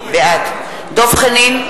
בעד דב חנין,